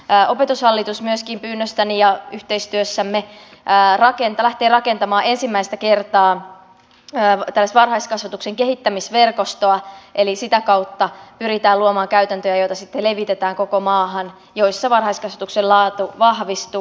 opetushallitus myöskin pyynnöstäni ja yhteistyössämme lähtee rakentamaan ensimmäistä kertaa varhaiskasvatuksen kehittämisverkostoa eli sitä kautta pyritään luomaan käytäntöjä joita sitten levitetään koko maahan joissa varhaiskasvatuksen laatu vahvistuu